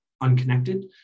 unconnected